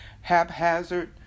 haphazard